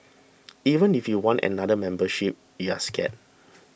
even if you want another membership you're scared